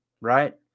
Right